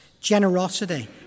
Generosity